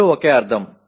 రెండూ ఒకే అర్థం